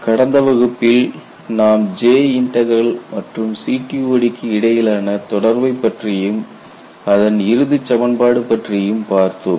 கடந்த வகுப்பில் நாம் J இன்டக்ரல் மற்றும் CTOD க்கு இடையிலான தொடர்பை பற்றியும் அதன் இறுதி சமன்பாடு பற்றியும் பார்த்தோம்